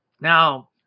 Now